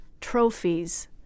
trophies